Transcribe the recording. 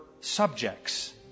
subjects